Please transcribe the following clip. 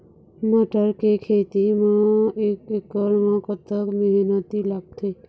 मटर के खेती म एक एकड़ म कतक मेहनती लागथे?